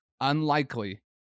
unlikely